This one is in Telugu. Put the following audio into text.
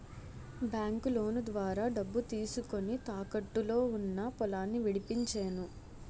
బాంకులోను ద్వారా డబ్బు తీసుకొని, తాకట్టులో ఉన్న పొలాన్ని విడిపించేను